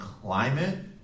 climate